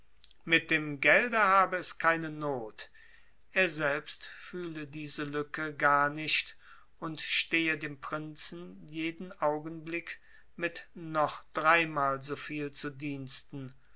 mit dem gelde habe es keine not er selbst fühle diese lücke gar nicht und stehe dem prinzen jeden augenblick mit noch dreimal soviel zu diensten